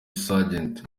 sgt